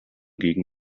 gegen